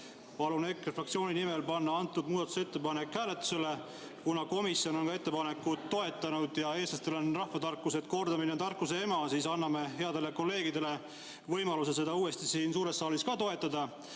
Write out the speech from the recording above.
Palun EKRE fraktsiooni nimel panna antud muudatusettepanek hääletusele. Kuna komisjon on ettepanekut toetanud ja eestlastel on rahvatarkus, et kordamine on tarkuse ema, siis anname headele kolleegidele võimaluse seda uuesti siin suures saalis toetada.